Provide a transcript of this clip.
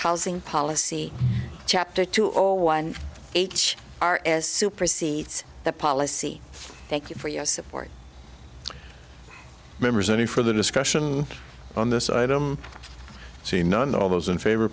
housing policy chapter two or one h r s supersedes the policy thank you for your support members any further discussion on this item see none of those in favor